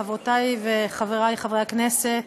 חברותי וחברי חברי הכנסת,